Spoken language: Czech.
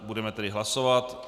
Budeme tedy hlasovat.